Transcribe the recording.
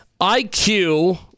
IQ